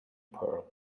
pearl